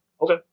Okay